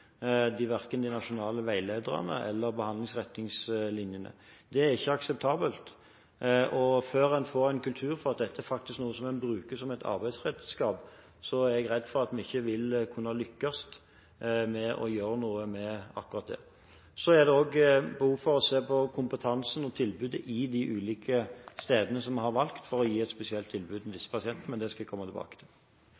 de nasjonale veilederne eller behandlingsretningslinjene. Det er ikke akseptabelt. Før en får en kultur for at dette faktisk er noe en bruker som et arbeidsredskap, er jeg redd for at vi ikke vil kunne lykkes med å gjøre noe med akkurat det. Det er også behov for å se på kompetansen og tilbudet i de ulike stedene som vi har valgt for å gi et spesielt tilbud til